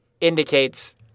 indicates